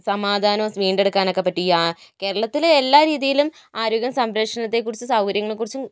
സമാധാനം വീണ്ടെടുക്കാൻ ഒക്കെ പറ്റും ഈ കേരളത്തിലെ എല്ലാ രീതിയിലും ആരോഗ്യ സംരക്ഷണത്തെക്കുറിച്ച് സൗകര്യങ്ങളെ കുറിച്ചും